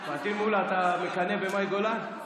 פטין מולא, אתה מקנא במאי גולן?